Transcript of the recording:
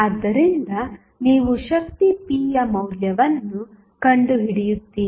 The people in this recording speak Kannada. ಆದ್ದರಿಂದ ನೀವು ಶಕ್ತಿ pಯ ಮೌಲ್ಯವನ್ನು ಕಂಡುಹಿಡಿಯುತ್ತೀರಿ